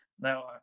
now